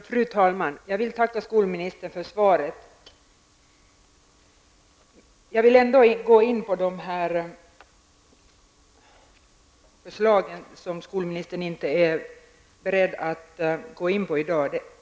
Fru talman! Jag tackar skolministern för svaret. Jag vill ändå gå in på de här förslagen som skolministern inte är beredd att diskutera i dag.